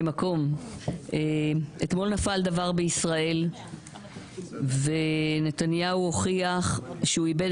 אתמול נפל דבר בישראל ונתניהו הוכיח שהוא איבד